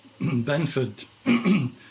Benford